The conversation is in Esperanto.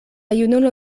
junulo